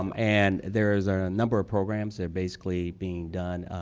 um and there's a number of programs, they're basically being done.